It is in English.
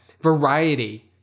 variety